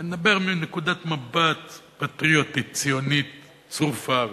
אני מדבר מנקודת מבט פטריוטית ציונית צרופה ונקייה.